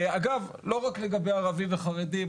ואגב, לא רק לגבי ערבים וחרדים.